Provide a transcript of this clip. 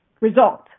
result